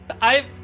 I-